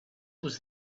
was